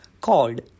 called